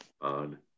on